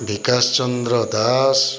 Bikashchandra Das